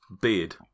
beard